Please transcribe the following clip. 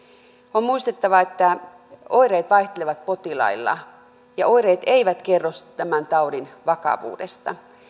on muistettava että oireet vaihtelevat potilailla ja oireet eivät kerro tämän taudin vakavuudesta